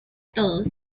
todos